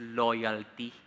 loyalty